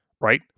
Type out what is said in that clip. right